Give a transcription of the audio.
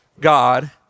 God